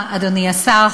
אדוני השר,